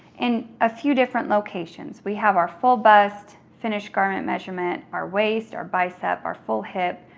in a few different locations, we have our full bust, finished garment measurement, our waist, or bicep, or full hip,